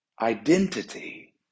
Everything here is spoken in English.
identity